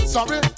Sorry